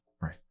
right